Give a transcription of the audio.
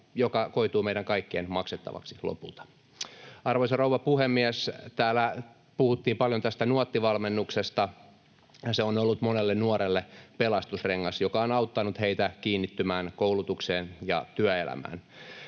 joka koituu meidän kaikkien maksettavaksi lopulta. Arvoisa rouva puhemies! Täällä puhuttiin paljon tästä Nuotti-valmennuksesta. Se on ollut monelle nuorelle pelastusrengas, joka on auttanut heitä kiinnittymään koulutukseen ja työelämään,